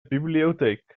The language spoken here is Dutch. bibliotheek